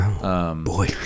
Boy